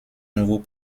nouveau